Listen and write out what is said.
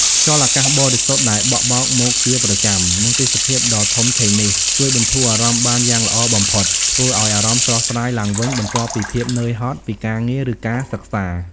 ខ្យល់អាកាសបរិសុទ្ធដែលបក់បោកមកជាប្រចាំ និងទេសភាពដ៏ធំធេងនេះ ជួយបន្ធូរអារម្មណ៍បានយ៉ាងល្អបំផុត ធ្វើឲ្យអារម្មណ៍ស្រស់ស្រាយឡើងវិញបន្ទាប់ពីភាពនឿយហត់ពីការងារឬការសិក្សា។